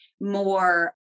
more